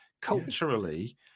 culturally